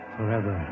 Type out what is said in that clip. Forever